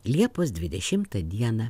liepos dvidešimtą dieną